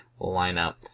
lineup